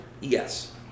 Yes